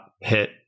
hit